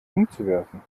umzuwerfen